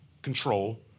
Control